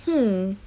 hmm